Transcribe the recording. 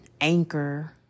anchor